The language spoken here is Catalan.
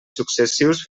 successius